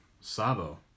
Sabo